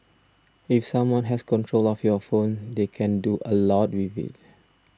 if someone has control of your phone they can do a lot with it